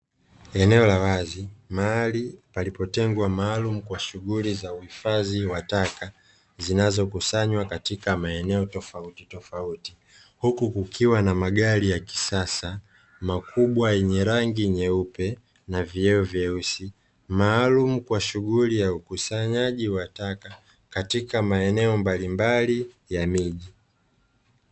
Eneo la wazi maali palipotengwa maalum kwa shughuli za uhifadhi wa taka zinazokusanywa katika maeneo tofautitofauti, huku kukiwa na magari ya kisasa makubwa yenye rangi nyeupe na vioo vyeusi maalumu kwa shughuli ya ukusanyaji wa taka katika maeneo mbalimbali ya miji.